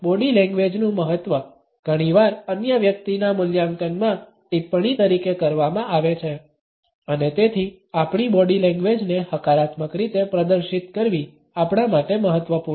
body લેંગ્વેજનું મહત્વ ઘણીવાર અન્ય વ્યક્તિના મૂલ્યાંકનમાં ટિપ્પણી તરીકે કરવામાં આવે છે અને તેથી આપણી બોડી લેંગ્વેજને હકારાત્મક રીતે પ્રદર્શિત કરવી આપણા માટે મહત્વપૂર્ણ છે